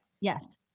Yes